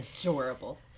Adorable